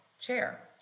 chair